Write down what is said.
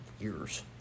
years